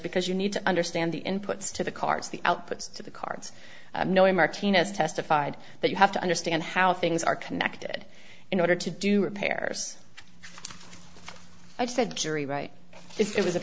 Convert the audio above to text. because you need to understand the inputs to the cars the outputs to the cards knowing martina's testified that you have to understand how things are connected in order to do repairs i said jury right it was